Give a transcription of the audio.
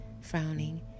frowning